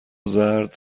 زرد